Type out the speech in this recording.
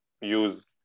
use